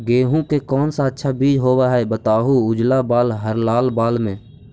गेहूं के कौन सा अच्छा बीज होव है बताहू, उजला बाल हरलाल बाल में?